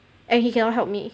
and he cannot help me